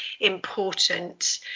important